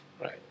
right